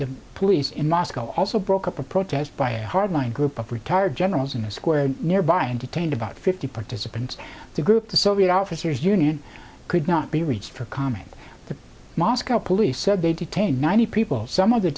the police in moscow also broke up a protest by a hardline group of retired generals in a square nearby and detained about fifty participants the group the soviet officers union could not be reached for comment but moscow police said they detained ninety people some of the